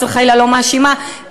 חס וחלילה לא מאשימה,